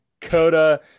CODA